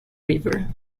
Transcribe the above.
river